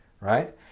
right